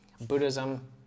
Buddhism